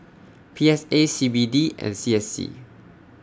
P S A C B D and C S C